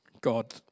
god